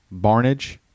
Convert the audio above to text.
Barnage